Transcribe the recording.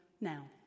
now